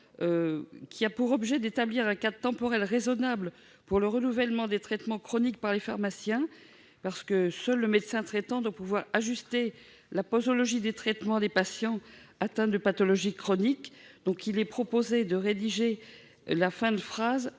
a pour objet d'établir un cadre temporel raisonnable pour le renouvellement des traitements chroniques par les pharmaciens. Seul le médecin traitant doit pouvoir ajuster la posologie des traitements des patients atteints de pathologies chroniques. Quel est l'avis de la commission